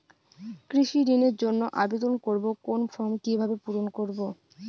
কৃষি ঋণের জন্য আবেদন করব কোন ফর্ম কিভাবে পূরণ করব?